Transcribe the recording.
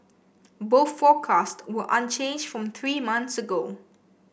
both forecasts were unchanged from three months ago